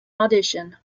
audition